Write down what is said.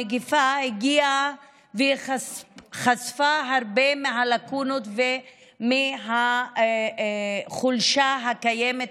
המגפה הגיעה וחשפה הרבה לקונות וחולשה הקיימות